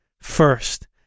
first